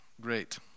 great